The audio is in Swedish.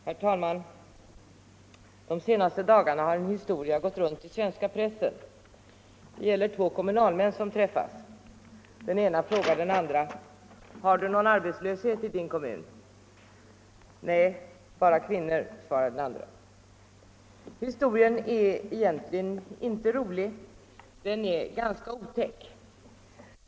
Herr talman! De senaste dagarna har en historia gått runt i svenska pressen. Två kommunalmän träffas, och den ene frågar: Har du någon arbetslöshet i din kommun? Nej, bara kvinnor, svarar den andre. Historien är egentligen inte rolig — den är ganska otäck.